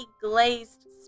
glazed